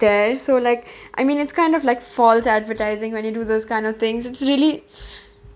there so like I mean it's kind of like false advertising when you do those kind of things it's really